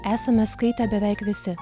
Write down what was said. esame skaitę beveik visi